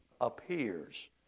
appears